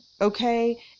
okay